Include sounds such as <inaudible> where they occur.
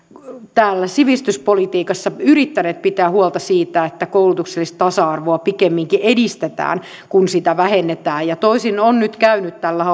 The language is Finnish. täällä sivistyspolitiikassa yrittäneet pitää huolta siitä että koulutuksellista tasa arvoa pikemminkin edistetään kuin vähennetään toisin on nyt käynyt tällä <unintelligible>